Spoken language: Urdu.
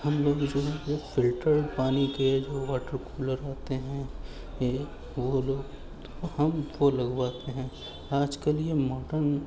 ہم لوگ جو ہے وہ فلٹرڈ پانی کے جو واٹر کولر ہوتے ہیں یہ وہ لوگ تو ہم وہ لگواتے ہیں آج کل یہ ماڈرن